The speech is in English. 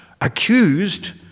accused